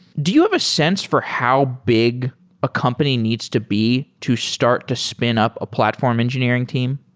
do you have a sense for how big a company needs to be to start to spin up a platform engineering team?